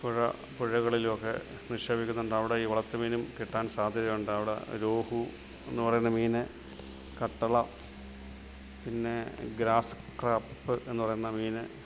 പുഴ പുഴകളിലുമൊക്കെ നിക്ഷേപിക്കുന്നുണ്ട് അവിടെ ഈ വളർത്തു മീനും കിട്ടാൻ സാധ്യതയുണ്ട് അവിടെ രോഹു എന്ന് പറയുന്ന മീൻ കട്ടള പിന്നേ ഗ്രാസ് ക്രാപ്പ് എന്നു പറയുന്ന മീൻ